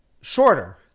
shorter